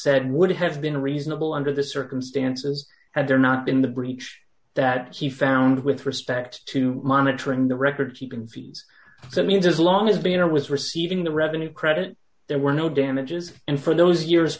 said would have been reasonable under the circumstances had there not been the breach that he found with respect to monitoring the records he concedes that means as long as being or was receiving the revenue credit there were no damages and for those years